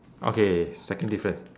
okay second difference